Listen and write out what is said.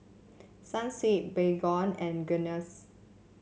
Sunsweet Baygon and Guinness